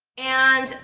and.